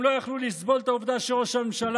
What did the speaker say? הם לא יכלו לסבול את העובדה שראש הממשלה